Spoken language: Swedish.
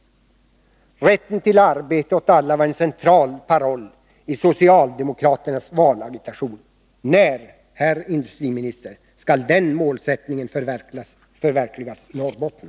Rätten till arbete åt alla var en central paroll i socialdemokraternas valagitation. När, herr industriminister, skall den målsättningen förverkligas i Norrbotten?